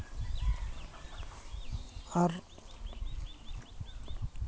ᱟᱨ